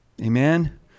Amen